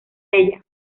ella